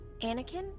Anakin